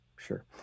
Sure